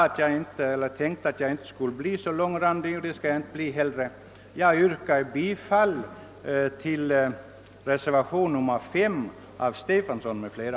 Jag avsåg inte att bli mångordig och jag kommer inte heller att bli det. Jag vill endast yrka bifall till reservationen 5 av herr Stefanson m.fl.